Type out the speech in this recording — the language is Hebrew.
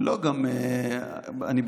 אתה צודק.